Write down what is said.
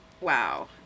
Wow